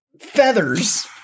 feathers